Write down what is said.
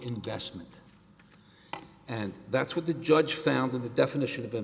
investment and that's what the judge found that the definition of